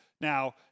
Now